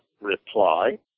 reply